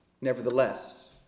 Nevertheless